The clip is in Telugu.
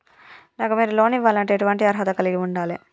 నాకు మీరు లోన్ ఇవ్వాలంటే ఎటువంటి అర్హత కలిగి వుండాలే?